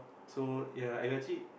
so ya I got